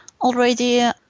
already